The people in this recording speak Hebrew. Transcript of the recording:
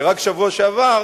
שרק בשבוע שעבר,